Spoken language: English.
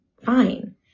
Fine